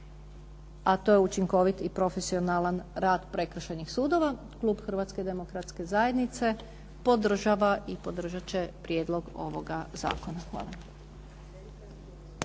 a to je učinkovit i profesionalan rad prekršajnih sudova. Klub Hrvatske demokratske zajednice podržava i podržat će prijedlog ovog zakona. Hvala.